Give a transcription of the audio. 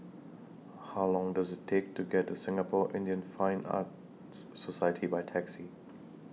How Long Does IT Take to get to Singapore Indian Fine Arts Society By Taxi